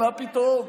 מה פתאום.